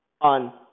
on